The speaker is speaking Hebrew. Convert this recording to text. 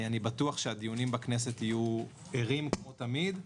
אני בטח שהדיונים בכנסת יהיו ערים כמו תמיד,